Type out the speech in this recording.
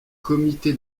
comité